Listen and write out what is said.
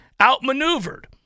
outmaneuvered